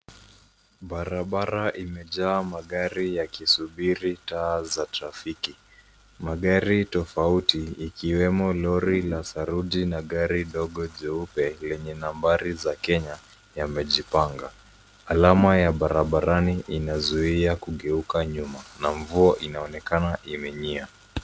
Barabara imejaa magari yakisubiri taa za trafiki. Magari tofauti ikiwemo lori la saruji na gari dogo jeupe lenye nambari za Kenya yamejipanga. Alama ya barabarani inazuia kugeuka nyuma na mvua inaonekana imening'inia.